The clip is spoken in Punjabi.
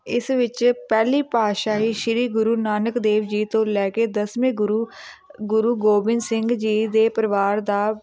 ਇਸ ਵਿੱਚ ਪਹਿਲੀ ਪਾਤਸ਼ਾਹੀ ਸ਼੍ਰੀ ਗੁਰੂ ਨਾਨਕ ਦੇਵ ਜੀ ਤੋਂ ਲੈ ਕੇ ਦਸਵੇਂ ਗੁਰੂ ਗੁਰੂ ਗੋਬਿੰਦ ਸਿੰਘ ਜੀ ਦੇ ਪਰਿਵਾਰ ਦਾ